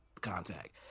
contact